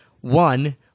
One